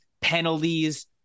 penalties